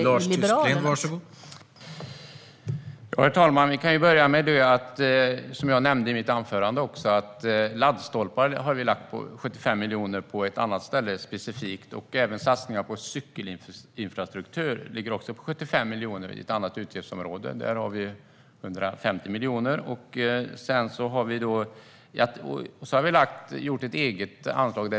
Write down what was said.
Herr talman! Till att börja med har vi - jag nämnde det i mitt anförande också - lagt 75 miljoner, på ett annat ställe, på satsningar på laddstolpar. Vi har även satsningar på cykelinfrastruktur på 75 miljoner inom ett annat utgiftsområde. Där har vi 150 miljoner. Vi har också gjort ett eget anslag.